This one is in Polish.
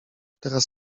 teraz